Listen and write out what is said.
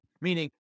meaning